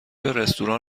رستوران